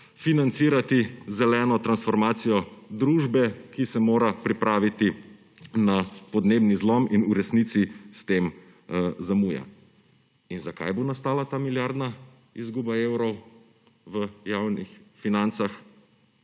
financirati zeleno transformacijo družbe, ki se mora pripraviti na podnebni zlom, in v resnici s tem zamuja. In zakaj bo nastala ta milijardna izguba evrov v javnih financah?